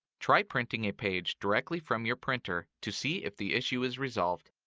try printing a page directly from your printer to see if the issue is resolved.